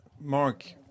Mark